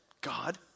God